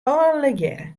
allegearre